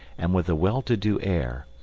and with a well-to-do air,